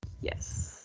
Yes